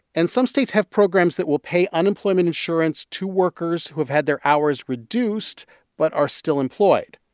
and some states have programs that will pay unemployment insurance to workers who have had their hours reduced but are still employed.